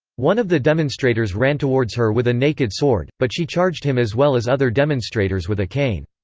one of the demonstrators ran towards her with a naked sword, but she charged him as well as other demonstrators with a cane.